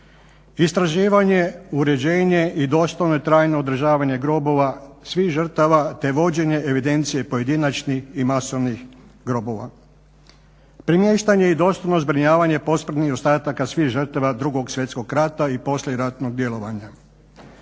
istraživanje, uređenje i dostojno trajno održavanje grobova svih žrtava te vođenje evidencije pojedinačnih i masovnih grobova, premještanje i dostojno zbrinjavanje posmrtnih ostataka svih žrtava 2. svjetskog rata i poslijeratnog djelovanja,